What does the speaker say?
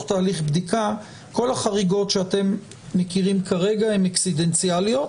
תהליך בדיקה כל החריגות שאתם מכירים כרגע הן אקסידנטאליות